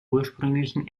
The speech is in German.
ursprünglichen